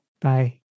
Bye